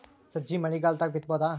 ಸಜ್ಜಿ ಮಳಿಗಾಲ್ ದಾಗ್ ಬಿತಬೋದ?